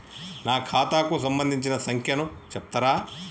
నా ఖాతా కు సంబంధించిన సంఖ్య ను చెప్తరా?